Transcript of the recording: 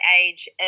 age